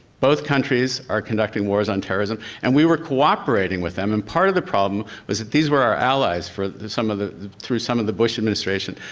both countries are conducting wars on terrorism and we were cooperating with them, and part of the problem was that these were our allies for some of the through some of the bush administration.